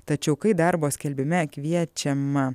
tačiau kai darbo skelbime kviečiama